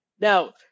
Now